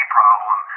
problem